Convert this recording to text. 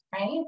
right